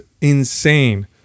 insane